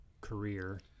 career